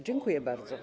Dziękuję bardzo.